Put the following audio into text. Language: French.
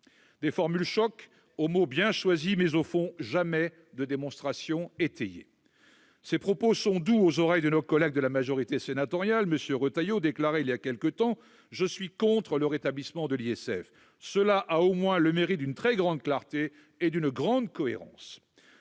Des formules choc, aux mots bien choisis ; mais, au fond, jamais de démonstration étayée ! Ces propos sont doux aux oreilles de nos collègues de la majorité sénatoriale. M. Retailleau déclarait il y a quelque temps :« Je suis contre le rétablissement de l'ISF. » Cela a, au moins, le mérite d'une très grande clarté et d'une grande cohérence.